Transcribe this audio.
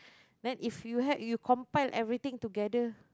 then if you had you combine everything together